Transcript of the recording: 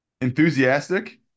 Enthusiastic